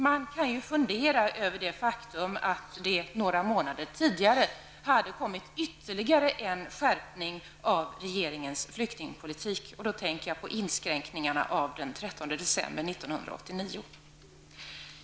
Man kan fundera över det faktum att det några månader tidigare hade kommit ytterligare en skärpning av regeringens flyktingpolitik. Jag tänker på inskränkningarna av den 13 december 1989.